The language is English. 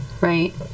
Right